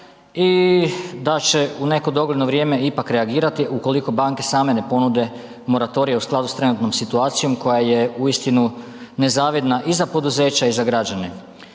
i da će u neko dogledno vrijeme ipak reagirati ukoliko banke same ne ponude moratorije u skladu s trenutnom situacijom koja je uistinu nezavidna i za poduzeća i za građane.